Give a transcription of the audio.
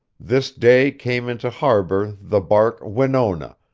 this day came into harbor the bark winona,